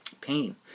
pain